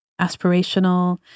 aspirational